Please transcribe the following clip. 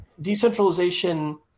decentralization